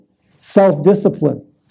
self-discipline